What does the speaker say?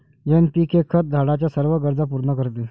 NPK खत झाडाच्या सर्व गरजा पूर्ण करते